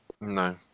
no